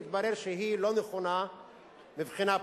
התברר שהיא לא נכונה מבחינה פוליטית.